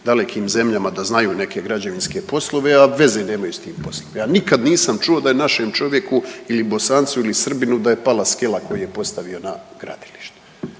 dalekim zemljama da znaju neke građevinske poslove, a veze nemaju s tim poslom. Ja nikad nisam čuo da je našem čovjeku ili Bosancu ili Srbinu da je pala skela koju je postavio na gradilište.